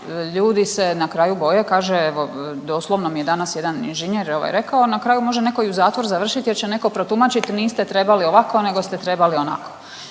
ljudi se na kraju boje. Kaže evo doslovno mi je danas jedan inženjer rekao na kraju može neko i u zatvoru završit jer će neko protumačit niste trebali ovako nego ste trebali onako.